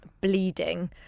bleeding